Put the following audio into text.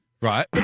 right